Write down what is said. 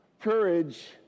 Courage